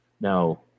Now